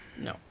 No